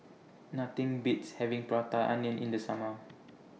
Nothing Beats having Prata Onion in The Summer